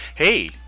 Hey